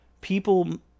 people